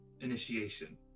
initiation